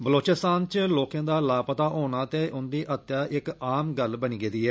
बलुचिस्तान च लोकें द लापता होना ते उंदी हत्या इक आम गल्ल बनी गेदी ऐ